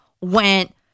went